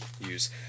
use